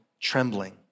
trembling